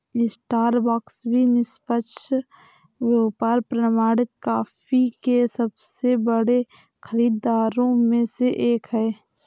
Starbucks भी निष्पक्ष व्यापार प्रमाणित कॉफी के सबसे बड़े खरीदारों में से एक है